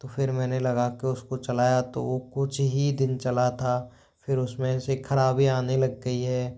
तो फिर मैंने लगा कर उसको चलाया तो वह कुछ ही दिन चला था फिर उसमें से ख़राबी आने लग गई है